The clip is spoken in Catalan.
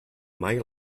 mai